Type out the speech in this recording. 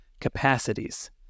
capacities